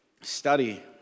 study